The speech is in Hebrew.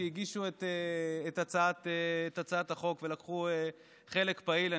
שהגישו את הצעת החוק ולקחו חלק פעיל.